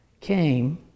came